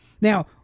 Now